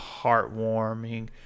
heartwarming